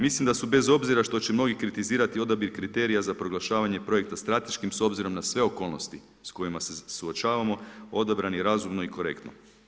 Mislim da su bez obzira što će mnogi kritizirati odabir kriterija za proglašavanje projekta strateškim s obzirom na sve okolnosti s kojima se suočavamo, odabrani razumno i korektno.